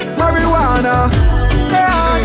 marijuana